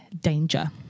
danger